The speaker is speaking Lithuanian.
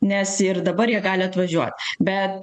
nes ir dabar jie gali atvažiuot bet